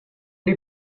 the